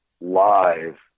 live